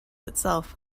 itself